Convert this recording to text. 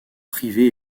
privés